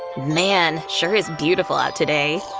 man, sure is beautiful out today.